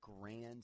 grand